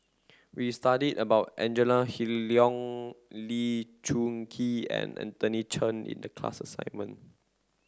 we studied about Angela Liong Lee Choon Kee and Anthony Chen in the class assignment